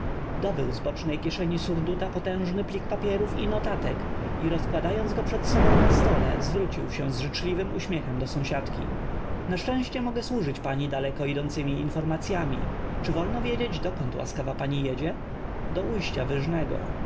obył z bocznej kieszeni su rd u ta potężny plik papierów i n o tate k i rozkłada jąc go przed sobą na stole zw rócił się z życz liwym uśm iechem do sąsiadki na szczęście m ogę służyć pani daleko idącem i inform acyam i czy w olno wiedzieć do k ąd łaskaw a pani jedzie do ujścia w